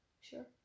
sure